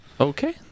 okay